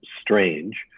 strange